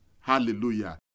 Hallelujah